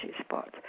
spots